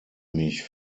mich